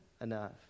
enough